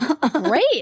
great